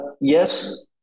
Yes